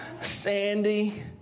Sandy